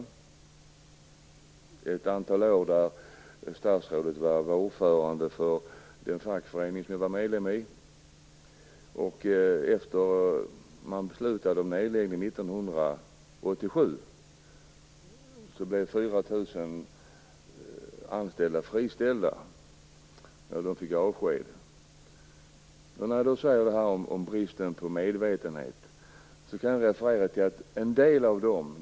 Under ett antal år var statsrådet ordförande för den fackförening som jag var medlem i. Sedan man hade beslutat om nedläggning, det var 1987, blev 4 000 anställda avskedade. Beträffande bristen på medvetenhet om priser och om sambandet mellan löner och priser kan jag säga följande.